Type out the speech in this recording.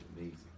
amazing